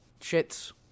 shits